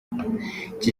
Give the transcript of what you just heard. iki